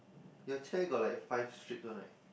your chair got like five strips one right